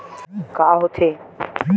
का होथे?